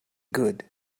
good